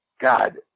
God